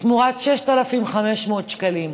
תמורת 6,500 שקלים?